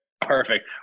perfect